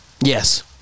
Yes